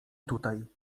tutaj